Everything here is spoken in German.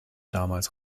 damals